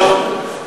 גברתי היושבת-ראש,